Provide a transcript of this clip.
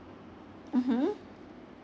mmhmm